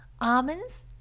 almonds